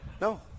No